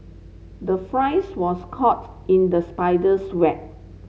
the flies was caught in the spider's web